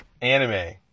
anime